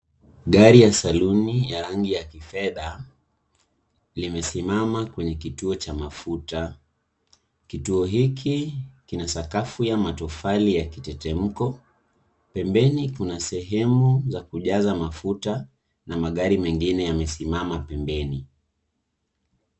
Gari ya saloon ya rangi ya kifedha, limesimama kwenye kituo cha mafuta. Kituo hiki kina sakafu ya matofali ya kitetemko. Pembeni kuna sehemu za kujaza mafuta na magari mengine yamesimama pembeni.